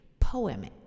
Poemic